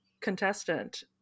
contestant